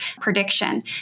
prediction